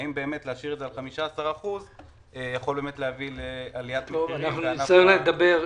האם באמת להשאיר את זה על 15% זה יכול להביא לעליית מחירים בענף הבנייה?